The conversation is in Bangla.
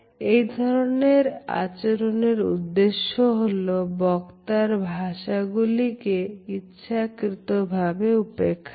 এই ধরনের আচরণের উদ্দেশ্য হল বক্তার ভাষাগুলি কে ইচ্ছাকৃতভাবে উপেক্ষা করা